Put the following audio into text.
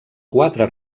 quatre